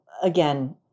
again